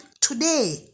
today